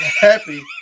happy